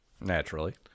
Naturally